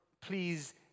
please